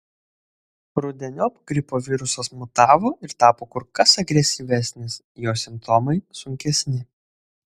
rudeniop gripo virusas mutavo ir tapo kur kas agresyvesnis jo simptomai sunkesni